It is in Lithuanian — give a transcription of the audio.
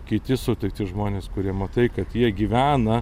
kiti sutikti žmonės kurie matai kad jie gyvena